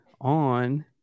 On